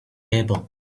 table